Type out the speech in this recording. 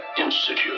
Institute